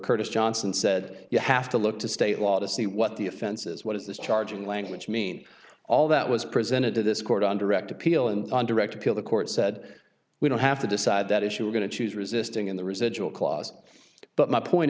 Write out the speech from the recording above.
curtis johnson said you have to look to state law to see what the offense is what is this charging language mean all that was presented to this court on direct appeal in direct appeal the court said we don't have to decide that issue we're going to choose resisting in the residual clause but my point